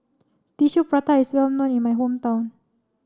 Tissue Prata is well known in my hometown